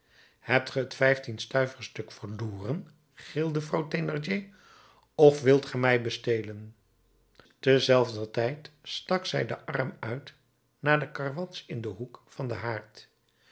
hebt ge het vijftienstuiversstuk verloren gilde vrouw thénardier of wilt ge mij bestelen tezelfder tijd stak zij den arm uit naar de karwats in den hoek van den haard